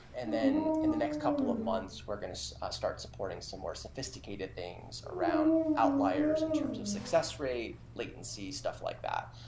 and then, in the next couple of months, we're going to start supporting similar sophisticated things around outliers in terms of success rate, latency, stuff like that.